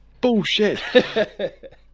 Bullshit